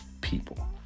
people